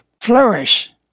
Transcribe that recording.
flourish